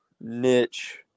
niche